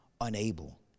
unable